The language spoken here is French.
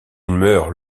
meurt